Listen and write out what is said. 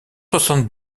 soixante